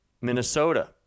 Minnesota